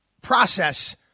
process